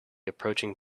approaching